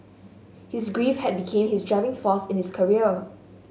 his grief had became his driving force in his career